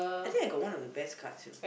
I think I got one of the best cards you know